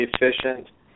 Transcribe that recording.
efficient